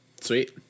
Sweet